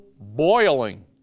boiling